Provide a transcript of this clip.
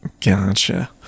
Gotcha